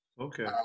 Okay